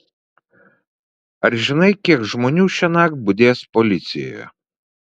ar žinai kiek žmonių šiąnakt budės policijoje